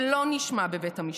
שלא נשמע בבית המשפט,